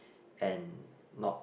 and not